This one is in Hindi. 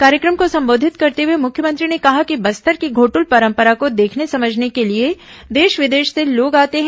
कार्यक्रम को संबोधित करते हुए मुख्यमंत्री ने कहा कि बस्तर की घोटुल परंपरा को देखने समझने के लिए देश विदेश से लोग आते हैं